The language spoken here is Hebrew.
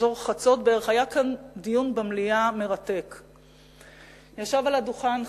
אזור חצות בערך, היה כאן במליאה דיון מרתק.